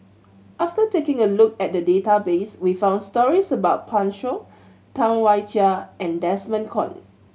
after taking a look at the database we found stories about Pan Shou Tam Wai Jia and Desmond Kon